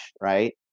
Right